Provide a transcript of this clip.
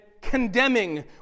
condemning